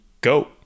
go